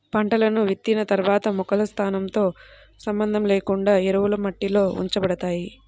పంటలను విత్తిన తర్వాత మొక్కల స్థానంతో సంబంధం లేకుండా ఎరువులు మట్టిలో ఉంచబడతాయి